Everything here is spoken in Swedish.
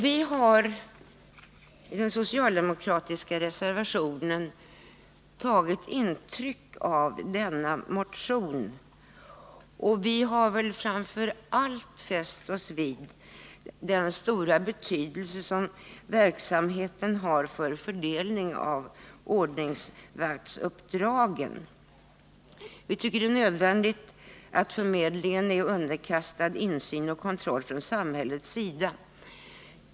Vi har i den socialdemokratiska reservationen tagit intryck av motion 1969. Vi har framför allt fäst oss vid den stora betydelse som verksamheten har för fördelning av ordningsvaktsuppdragen. Vi tycker det är nödvändigt att förmedlingen är underkastad insyn och kontroll från samhällets sida.